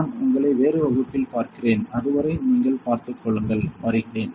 நான் உங்களை வேறு வகுப்பில் பார்க்கிறேன் அதுவரை நீங்கள் பார்த்துக்கொள் வருகிறேன்